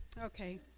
okay